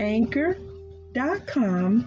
Anchor.com